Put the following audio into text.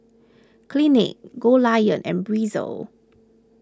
Clinique Goldlion and Breezer